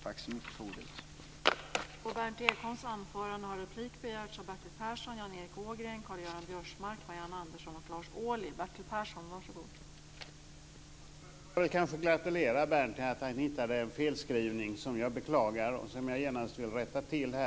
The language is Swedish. Tack så mycket för ordet!